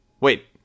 Wait